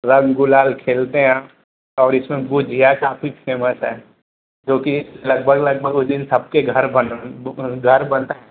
रंग गुलाल खेलते हैं और इसमें गुझिया काफी फेमस है जो कि लगभग लगभग उस दिन सबके घर बन घर बनता है